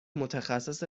متخصص